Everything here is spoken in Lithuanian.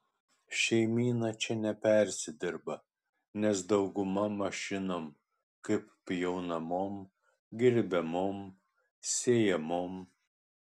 šeimyna čia nepersidirba nes dauguma mašinom kaip pjaunamom grėbiamom sėjamom